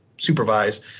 supervise